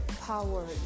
power